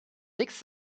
digs